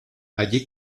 allí